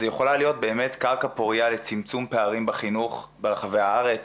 זו יכולה להיות באמת קרקע פורייה לצמצום פערים בחינוך ברחבי הארץ.